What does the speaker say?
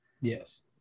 Yes